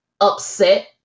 upset